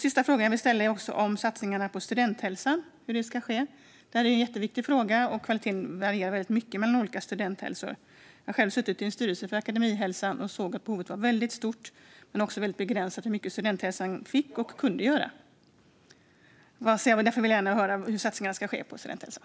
Sista frågan gäller satsningarna på studenthälsan och hur de ska ske. Det är en jätteviktig fråga, och kvaliteten varierar mycket mellan olika studenthälsor. Jag har själv suttit i styrelsen för Akademihälsan och såg att behovet var väldigt stort men att det också var väldigt begränsat hur mycket studenthälsan fick och kunde göra. Därför vill jag gärna höra hur satsningar ska ske på studenthälsan.